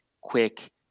quick